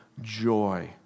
joy